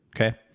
okay